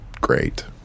great